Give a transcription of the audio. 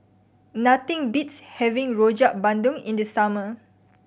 nothing beats having Rojak Bandung in the summer